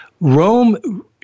Rome